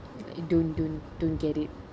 don't don't don't get it